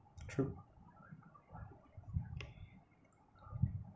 true